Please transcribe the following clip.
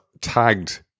tagged